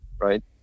right